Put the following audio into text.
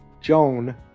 Joan